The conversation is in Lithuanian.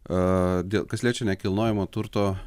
a dėl kas liečia nekilnojamo turto